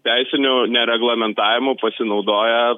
teisiniu nereglamentavimu pasinaudoja